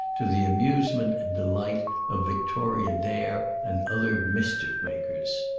to the amusement and delight of victoria dare and other mischief-makers.